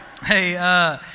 Hey